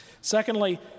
Secondly